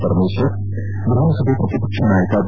ಪರಮೇತ್ವರ ವಿಧಾನಸಭೆ ಪ್ರತಿಪಕ್ಷ ನಾಯಕ ಬಿ